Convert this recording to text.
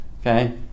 Okay